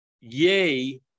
yay